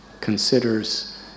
considers